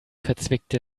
verzwickte